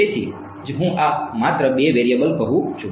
તેથી તેથી જ હું માત્ર બે વેરિયેબલ કહું છું